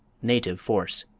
native force.